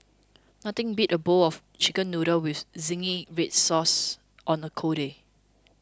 nothing beats a bowl of Chicken Noodles with Zingy Red Sauce on a cold day